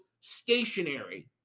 stationary